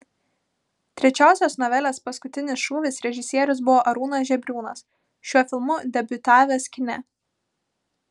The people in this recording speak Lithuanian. trečiosios novelės paskutinis šūvis režisierius buvo arūnas žebriūnas šiuo filmu debiutavęs kine